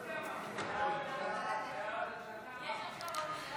העירוניים ברשויות המקומיות (הוראת שעה) (תיקון מס' 14),